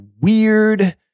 weird